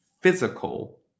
physical